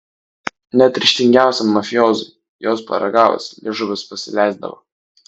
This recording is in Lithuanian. net ryžtingiausiam mafiozui jos paragavus liežuvis pasileisdavo